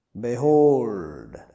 Behold